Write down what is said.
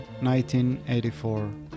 1984